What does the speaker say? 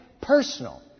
personal